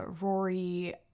Rory